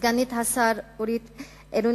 סגנית השר אורית נוקד,